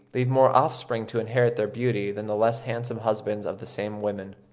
leave more offspring to inherit their beauty than the less handsome husbands of the same women.